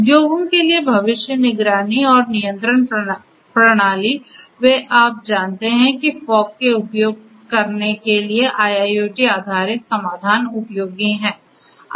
उद्योगों के लिए भविष्य निगरानी और नियंत्रण प्रणाली वे आप जानते हैं कि फॉग का उपयोग करने के लिए IIoT आधारित समाधान उपयोगी हैं